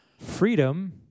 Freedom